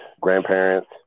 grandparents